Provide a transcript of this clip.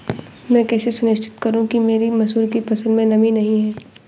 मैं कैसे सुनिश्चित करूँ कि मेरी मसूर की फसल में नमी नहीं है?